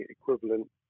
equivalent